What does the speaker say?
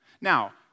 Now